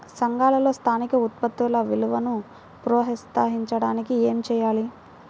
సంఘాలలో స్థానిక ఉత్పత్తుల విలువను ప్రోత్సహించడానికి ఏమి చేయాలి?